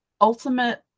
ultimate